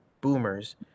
boomers